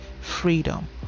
freedom